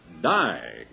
die